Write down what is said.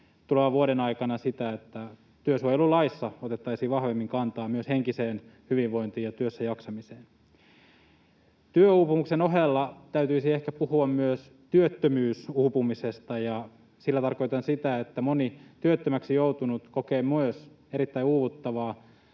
tulevan vuoden aikana sitä, että työsuojelulaissa otettaisiin vahvemmin kantaa myös henkiseen hyvinvointiin ja työssäjaksamiseen. Työuupumuksen ohella täytyisi ehkä puhua myös työttömyysuupumisesta. Sillä tarkoitan sitä, että moni työttömäksi joutunut kokee myös erittäin uuvuttavaa